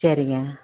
சரிங்க